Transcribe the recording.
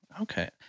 Okay